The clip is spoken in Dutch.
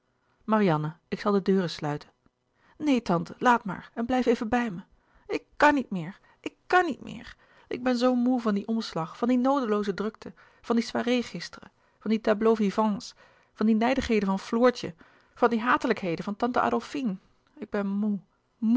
marianne ik zal de deuren sluiten neen tante laat maar en blijf even bij mij ik kan niet meer ik kan niet meer ik ben zoo moê van dien omslag van die noodelooze drukte van die soirée gisteren van die tableaux-vivants van die nijdigheden van floortje van die hatelijkheden van tante adolfine ik ben moê